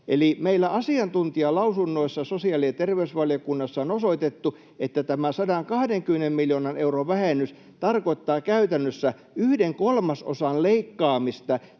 Eli meillä asiantuntijalausunnoissa sosiaali- ja terveysvaliokunnassa on osoitettu, että tämä 120 miljoonan euron vähennys tarkoittaa käytännössä yhden kolmasosan leikkaamista